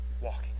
walking